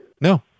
no